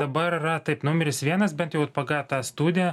dabar yra taip numeris vienas bent jau pagal tą studiją